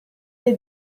dei